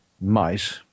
mice